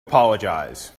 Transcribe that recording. apologize